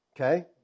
Okay